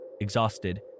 Exhausted